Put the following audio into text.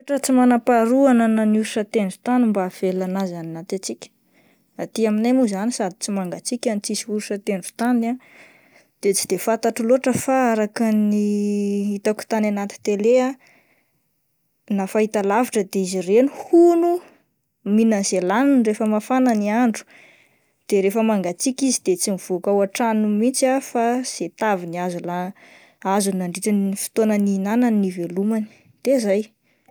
Toetra tsy manam-paharoa ananan'ny orsa an-tendron-tany mba ahavelona an'azy any anaty hatsika, aty aminay moa zany sady tsy mangatsika no tsy misy orsa an-tendron-tany ah de tsy de fantatro loatra fa araka ny hitako tany anaty tele ah na fahitalavitra de izy ireny hono mihinana izay laniny rehefa mafana ny andro dia rehefa mangatsika izy de tsy mivoaka ao an-tranony mihintsy ah fa izay taviny azo-azony nandritra ny fotoana nihinanany no ivelomany de zay.